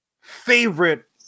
Favorite